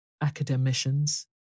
academicians